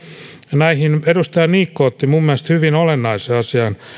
näihin muihin edustaja niikko otti minun mielestäni hyvin olennaisen asian